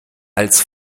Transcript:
als